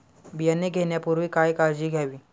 बियाणे घेण्यापूर्वी काय काळजी घ्यावी?